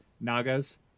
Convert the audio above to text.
Nagas